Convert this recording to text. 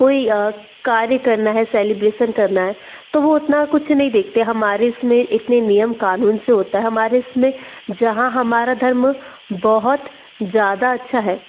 कोई कार्य करना है सेलिब्रेशन करना है तो वह उतना कुछ नहीं देखते हमारे इसमें इतनी नियम कानून से होता है हमारे इसमें जहाँ हमारा धर्म बहुत ज़्यादा अच्छा है